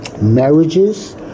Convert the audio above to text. marriages